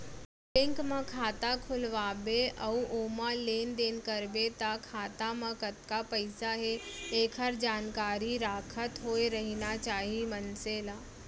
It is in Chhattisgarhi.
बेंक म खाता खोलवा बे अउ ओमा लेन देन करबे त खाता म कतका पइसा हे एकर जानकारी राखत होय रहिना चाही मनसे ल